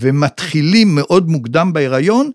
ומתחילים מאוד מוקדם בהיריון.